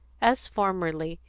as formerly,